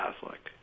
Catholic